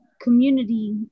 community